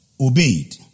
obeyed